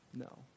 No